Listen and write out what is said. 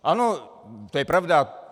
Ano, to je pravda.